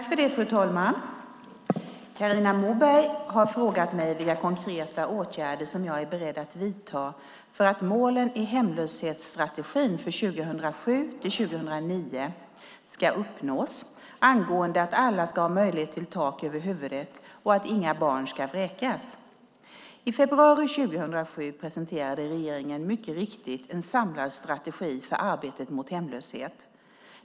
Fru talman! Carina Moberg har frågat mig vilka konkreta åtgärder som jag är beredd att vidta för att målen i hemlöshetsstrategin för 2007-2009 ska uppnås angående att alla ska ha möjlighet till tak över huvudet och att inga barn ska vräkas. I februari 2007 presenterade regeringen mycket riktigt en samlad strategi för arbetet mot hemlöshet.